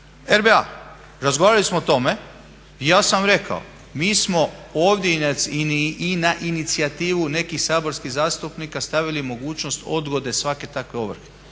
RBA. Razgovarali smo o tome i ja sam vam rekao mi smo ovdje i na inicijativu nekih saborskih zastupnika stavili mogućnost odgode svake takve ovrhe